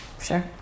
Sure